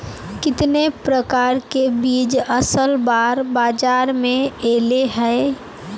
कितने प्रकार के बीज असल बार बाजार में ऐले है?